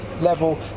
level